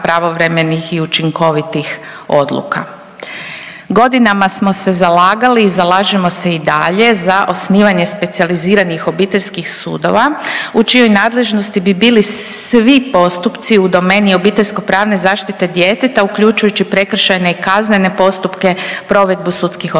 i učinkovitih odluka. Godinama smo se zalagali i zalažemo se i dalje za osnivanje specijaliziranih obiteljskih sudova u čijoj nadležnosti bi bili svi postupci u domeni obiteljsko pravne zaštite djeteta uključujući prekršajne i kaznene postupke provedbu sudskih odluka.